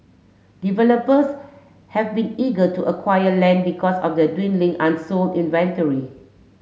developers have been eager to acquire land because of the dwindling unsold inventory